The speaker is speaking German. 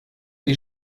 die